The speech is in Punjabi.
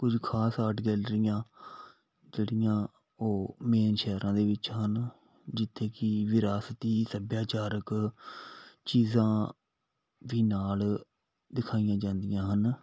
ਕੁਝ ਖਾਸ ਆਰਟ ਗੈਲਰੀਆਂ ਜਿਹੜੀਆਂ ਉਹ ਮੇਨ ਸ਼ਹਿਰਾਂ ਦੇ ਵਿੱਚ ਹਨ ਜਿੱਥੇ ਕਿ ਵਿਰਾਸਤੀ ਸੱਭਿਆਚਾਰਕ ਚੀਜ਼ਾਂ ਵੀ ਨਾਲ ਦਿਖਾਈਆਂ ਜਾਂਦੀਆਂ ਹਨ